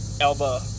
Elba